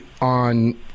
on